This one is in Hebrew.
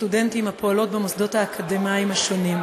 הסטודנטים הפועלות במוסדות האקדמיים השונים.